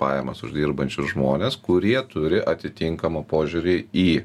pajamas uždirbančius žmones kurie turi atitinkamo požiūrį į